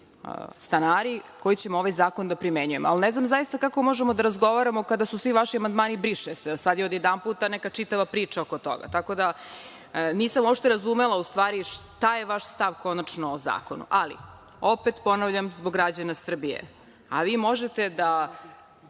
stanari koji ćemo ovaj zakon da primenjujemo. Ali, ne znam zaista kako možemo da razgovaramo kada su svi vaši amandmani „briše se“. Sad je od jedanputa neka čitava priča oko toga. Tako da, nisam uopšte razumela u stvari šta je vaš stav konačno o zakonu. Ali, opet ponavljam zbog građana Srbije, vi možete da